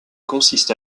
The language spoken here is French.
consiste